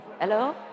Hello